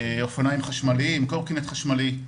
אופניים חשמליים, קורקינט חשמלי.